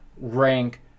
rank